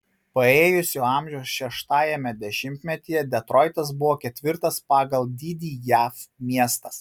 paėjusio amžiaus šeštajame dešimtmetyje detroitas buvo ketvirtas pagal dydį jav miestas